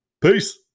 Peace